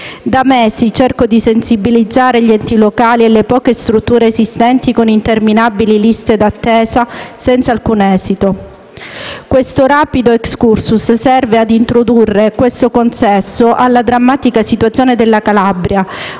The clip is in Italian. Da mesi cerco di sensibilizzare gli enti locali e le poche strutture esistenti con interminabili liste d'attesa, senza alcun esito. Questo rapido *excursus* serve ad introdurre questo consesso alla drammatica situazione della Calabria,